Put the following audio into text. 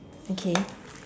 okay